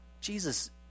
Jesus